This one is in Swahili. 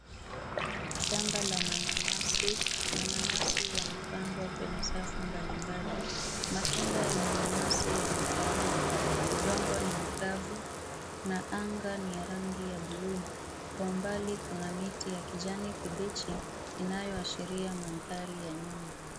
Shamba la mananasi, mananasi yamepandwa kwenye safu mbalimbali. Matunda ya mananasi yamekomaa, udongo ni mwekundu, na anga ni ya rangi ya buluu. Kwa mbali kuna miti ya kijani kibichi, inayoashiria mandhari ya nyumba.